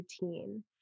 routine